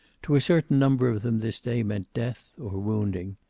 to a certain number of them this day meant death, or wounding.